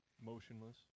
Motionless